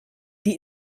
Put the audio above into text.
die